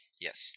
Yes